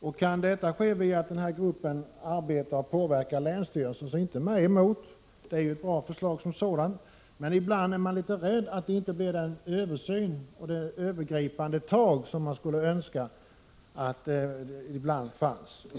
Om denna samordning kan ske via denna grupp, och om den kan arbeta och påverka länsstyrelsen, så inte mig emot. Det är ett bra förslag som sådant. Ibland är man emellertid rädd för att den översyn och de övergripande tag som man skulle önska inte sker.